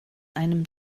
einem